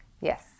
Yes